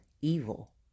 evil